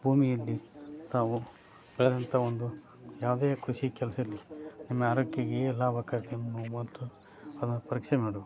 ಭೂಮಿಯಲ್ಲಿ ತಾವು ಬೆಳೆದಂಥ ಒಂದು ಯಾವುದೇ ಕೃಷಿ ಕೆಲಸ ಇರಲಿ ನಮ್ಮ ಆರೋಗ್ಯಕ್ಕೆ ಎಲ್ಲ ಮತ್ತು ಅದನ್ನು ಪರೀಕ್ಷೆ ಮಾಡಬೇಕು